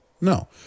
no